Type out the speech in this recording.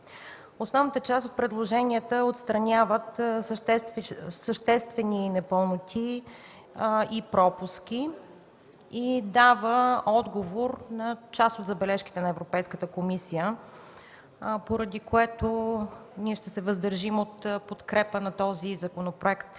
Основната част от предложенията отстраняват съществени непълноти и пропуски и дават отговор на част от забележките на Европейската комисия, поради което ние ще се въздържим от подкрепа на този законопроект.